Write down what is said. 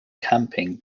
camping